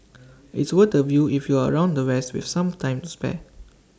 it's worth the view if you're around the west with some time to spare